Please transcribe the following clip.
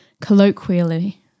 colloquially